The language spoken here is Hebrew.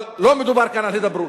אבל לא מדובר כאן על הידברות.